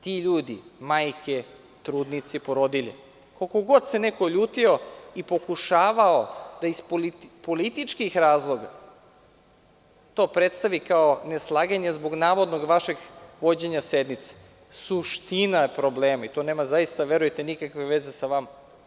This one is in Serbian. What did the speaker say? Ti ljudi, majke, trudnice i porodilje, koliko god se neko ljutio i pokušavao da iz političkih razloga to predstavi kao neslaganje zbog navodnog vašeg vođenja sednice, suština je problema i to nema zaista verujte nikakve veze sa vama.